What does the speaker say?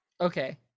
okay